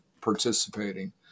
participating